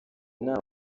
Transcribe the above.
nama